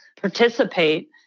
participate